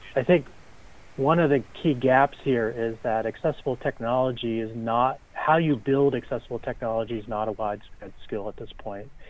i think one of the key gaps here is that accessible technology is not, how you build accessible technology's not a wide-spread skill at this point,